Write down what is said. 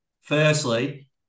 firstly